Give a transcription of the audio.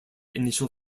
initial